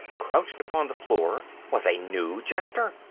crouched upon the floor, was a new jester,